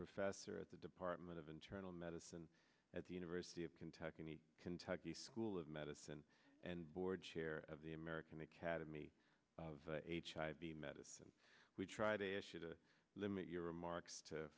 professor at the department of internal medicine at the university of kentucky need kentucky school of medicine and board chair of the american academy of h i b medicine we try to ask you to limit your remarks to